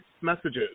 messages